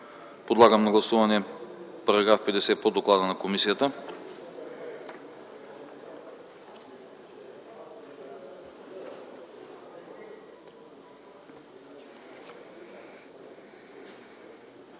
Подлагам на гласуване § 2 по доклада на комисията.